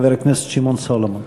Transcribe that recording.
חבר הכנסת שמעון סולומון.